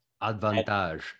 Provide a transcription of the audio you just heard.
Advantage